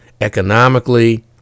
economically